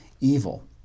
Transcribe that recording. evil